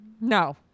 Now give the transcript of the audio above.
No